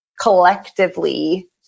collectively